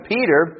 Peter